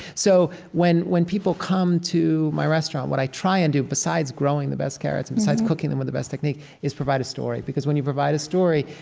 so when when people come to my restaurant, what i try and do besides growing the best carrots and besides cooking them with the best technique is provide a story. because when you provide a story,